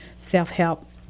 self-help